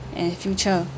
and future